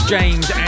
James